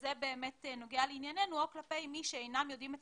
וזה באמת נוגע לענייננו כלפי מי שאינם יודעים את